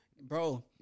Bro